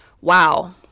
Wow